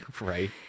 Right